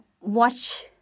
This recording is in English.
Watch